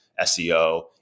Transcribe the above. SEO